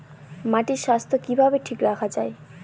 মাটির স্বাস্থ্য কিভাবে ঠিক রাখা যায়?